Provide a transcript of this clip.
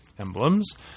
Emblems